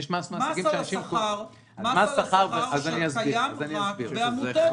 מס על השכר --- קיים מס לעמותות